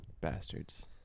Bastards